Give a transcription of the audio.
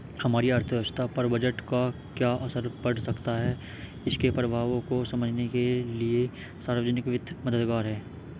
हमारी अर्थव्यवस्था पर बजट का क्या असर पड़ सकता है इसके प्रभावों को समझने के लिए सार्वजिक वित्त मददगार है